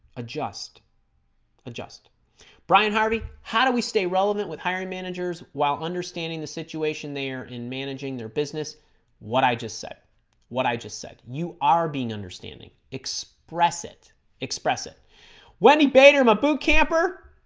adjust adjust brian harvey how do we stay relevant with hiring managers while understanding the situation they're in managing their business what i just said what i just said you are being understanding express it express it wendi bader i'm a boot camper